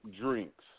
drinks